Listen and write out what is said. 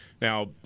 Now